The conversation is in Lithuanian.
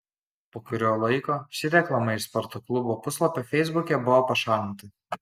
po kurio laiko ši reklama iš sporto klubo puslapio feisbuke buvo pašalinta